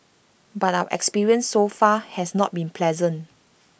but our experience so far has not been pleasant